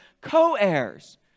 co-heirs